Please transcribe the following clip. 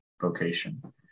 vocation